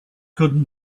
could